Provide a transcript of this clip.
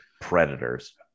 Predators